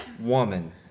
Woman